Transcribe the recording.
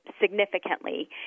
Significantly